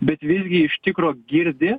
bet visgi iš tikro girdi